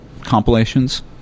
compilations